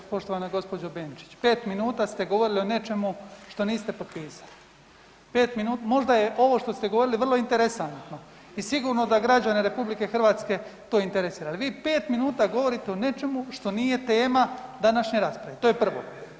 Poštovana gospođo Benčić, 5 minuta ste govorili o nečemu što niste potpisali, 5 minuta, možda je ovo što ste govorili vrlo interesantno i sigurno da građane RH to interesira, ali vi 5 minuta govorite o nečemu što nije tema današnje rasprave, to je prvo.